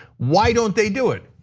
why don't they do it?